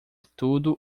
tudo